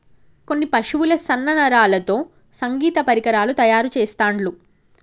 కొన్ని పశువుల సన్న నరాలతో సంగీత పరికరాలు తయారు చెస్తాండ్లు